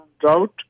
drought